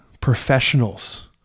professionals